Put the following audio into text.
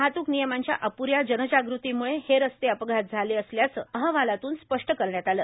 वाहतूक नियमांच्या अपुऱ्या जनजागृतीमुळे हे रस्ते अपघात झाले असल्याचं अहवालातुन स्पष्ट करण्यात आलं